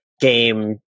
Game